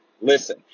listen